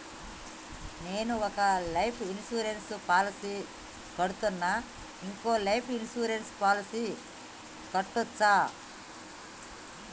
నేను ఒక life insurance policy కడ్తున్నా, ఇంకో లైఫ్ ఇన్సూరెన్స్ పాలసీ కట్టొచ్చా?